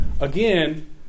Again